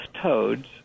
toads